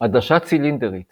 עדשה צילינדרית